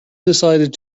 decided